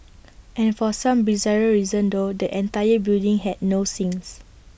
and for some bizarre reason though the entire building had no sinks